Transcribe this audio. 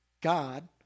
God